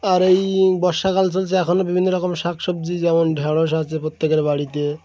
আর এই বর্ষাকাল চলছে এখনও বিভিন্ন রকম শাক সবজি যেমন ঢেঁড়স আছে প্রত্যেকের বাড়িতে